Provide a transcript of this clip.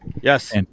Yes